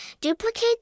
Duplicate